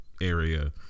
area